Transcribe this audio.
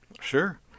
Sure